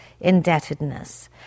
indebtedness